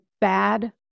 bad